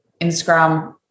Instagram